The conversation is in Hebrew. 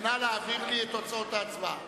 נא להעביר לי את תוצאות ההצבעה.